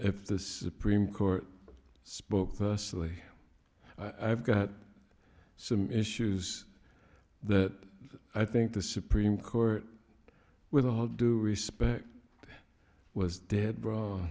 if the supreme court spoke personally i've got some issues that i think the supreme court with all due respect was